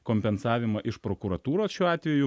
kompensavimą iš prokuratūros šiuo atveju